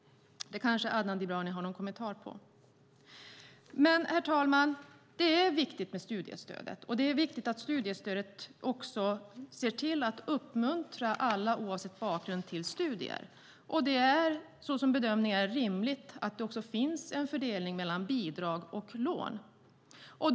Det kanske Adnan Dibrani har någon kommentar till. Herr talman! Det är viktigt med studiestödet, och det är viktigt att studiestödet också fungerar så att det uppmuntrar alla oavsett bakgrund till studier. Bedömningen är också att det är rimligt att det finns en fördelning mellan bidrag och lån.